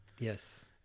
Yes